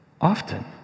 often